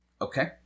Okay